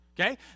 okay